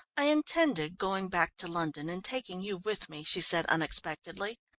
i intended going back to london and taking you with me, she said unexpectedly.